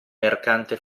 mercante